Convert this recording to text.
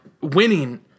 winning